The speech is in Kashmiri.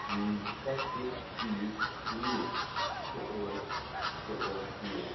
کانٛہہ تہِ چیٖز نِنُک سُہ اوس سُہ اوس مےٚ